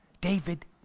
David